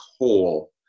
whole